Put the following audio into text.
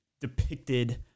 depicted